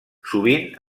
sovint